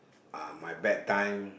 uh my bad time